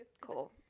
Cool